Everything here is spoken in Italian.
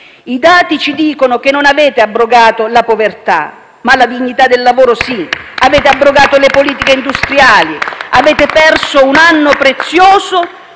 I dati ci dicono che non avete abrogato la povertà, ma la dignità del lavoro sì. *(Applausi dal Gruppo PD)*. Avete abrogato le politiche industriali, avete perso un anno prezioso,